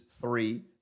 three